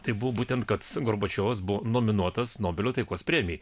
tai buvo būtent kad gorbačiovas buvo nominuotas nobelio taikos premijai